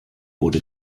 wurde